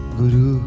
guru